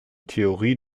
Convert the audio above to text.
theorie